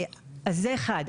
אז זה אחד.